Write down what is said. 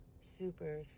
Super